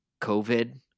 COVID